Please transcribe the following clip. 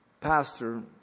pastor